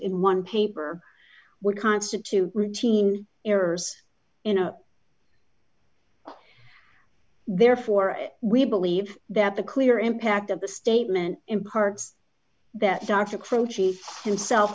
in one paper would constitute routine errors in a therefore we believe that the clear impact of the statement imparts that dr crew chief himself